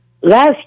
Last